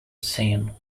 scene